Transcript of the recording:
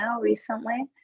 recently